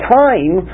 time